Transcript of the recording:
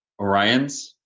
Orions